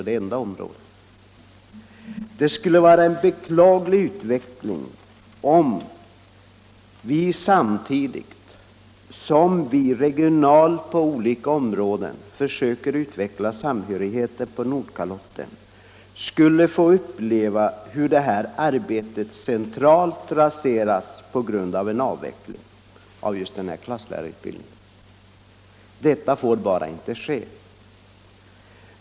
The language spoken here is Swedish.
Det skulle vara en beklaglig utveckling om vi samtidigt som vi regionalt på olika områden försöker utveckla samhörigheten på Nordkalotten skulle få uppleva hur detta arbete centralt raseras på grund av en avveckling av klasslärarutbildningen. Detta får bara inte ske.